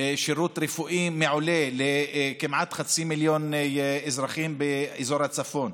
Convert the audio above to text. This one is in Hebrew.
שירות רפואי מעולה לכמעט חצי מיליון אזרחים באזור הצפון.